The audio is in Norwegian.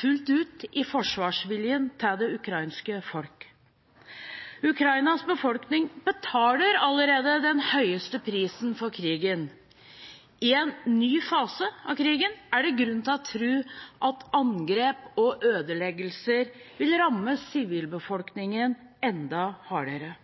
fullt ut i forsvarsviljen til det ukrainske folk. Ukrainas befolkning betaler allerede den høyeste prisen for krigen. I en ny fase av krigen er det grunn til å tro at angrep og ødeleggelser vil ramme sivilbefolkningen enda hardere.